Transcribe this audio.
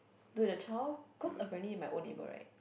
do with the child cause apparently my old neighbour right